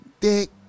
dick